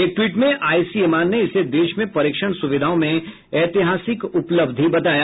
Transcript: एक ट्वीट में आईसीएमआर ने इसे देश में परीक्षण सुविधाओं में ऐतिहासिक उपलब्धि बताया